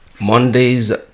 Mondays